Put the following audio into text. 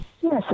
Yes